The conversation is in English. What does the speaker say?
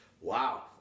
Wow